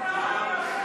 אתה לא מתבייש?